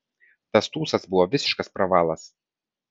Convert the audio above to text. tas tūsas buvo visiškas pravalas